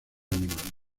animales